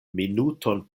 minuton